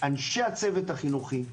אנשי הצוות החינוכי,